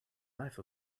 life